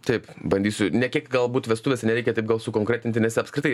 taip bandysiu ne kiek galbūt vestuvėse nereikia taip gal sukonkretinti nes apskritai